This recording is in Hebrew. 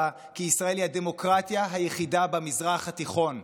כי ישראל היא הדמוקרטיה היחידה במזרח התיכון.